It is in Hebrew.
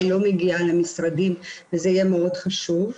לא מגיע למשרדים וזה יהיה מאוד חשוב.